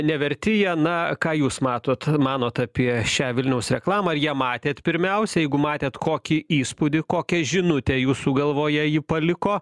neverti jie na ką jūs matot manot apie šią vilniaus reklamą ar ją matėt pirmiausia jeigu matėt kokį įspūdį kokią žinutę jūsų galvoje ji paliko